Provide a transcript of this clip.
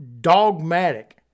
dogmatic